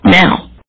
now